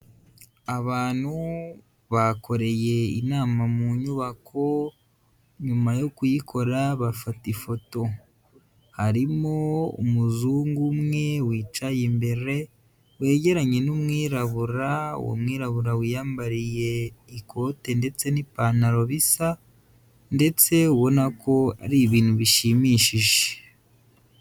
Abantu bakoreye inama mu nyubako, nyuma yo kuyikora bafata ifoto. Harimo umuzungu umwe wicaye imbere, wegeranye n'umwirabura, umwirabura wiyambariye ikote ndetse n'ipantaro bisa ndetse ubona ko ari ibintu bishimishije.